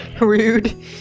rude